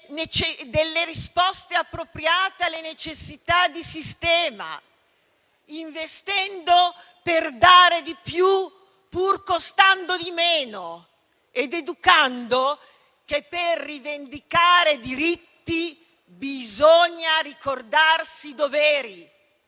delle risposte appropriate alle necessità di sistema, investendo per dare di più, pur costando di meno, ed educando che per rivendicare i diritti bisogna ricordarsi i doveri,